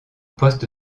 poste